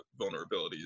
vulnerabilities